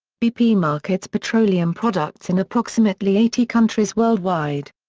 bp markets petroleum products in approximately eighty countries worldwide.